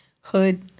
hood